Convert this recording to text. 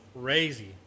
crazy